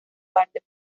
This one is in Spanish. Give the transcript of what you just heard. parte